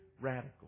radical